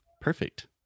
Perfect